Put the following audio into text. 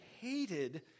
hated